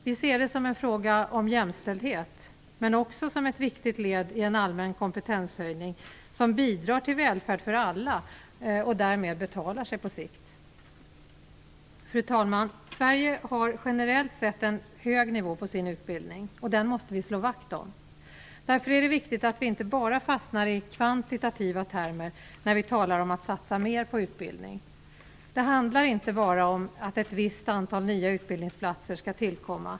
Vi ser det som en fråga om jämställdhet, men också som ett viktigt led i en allmän kompetenshöjning som bidrar till välfärd för alla, och därmed betalar sig på sikt. Fru talman! Sverige har generellt sett en hög nivå på sin utbildning. Den måste vi slå vakt om. Därför är det viktigt att vi inte bara fastnar i kvantitativa termer när vi talar om att satsa mer på utbildning. Det handlar inte bara om att ett visst antal nya utbildningsplatser skall tillkomma.